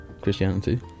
Christianity